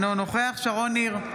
אינו נוכח שרון ניר,